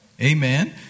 Amen